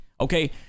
Okay